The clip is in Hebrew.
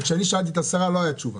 וכשאני שאלתי את השרה לא הייתה תשובה.